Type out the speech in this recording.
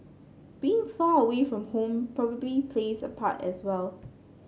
being far away from home probably plays a part as well